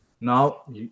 now